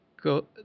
go